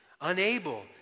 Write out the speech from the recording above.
unable